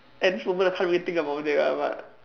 at this moment I can't really think about it ah but